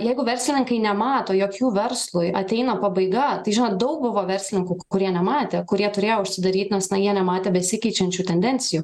jeigu verslininkai nemato jog jų verslui ateina pabaiga tai žinot daug buvo verslininkų kurie nematė kurie turėjo užsidaryt nes na jie nematė besikeičiančių tendencijų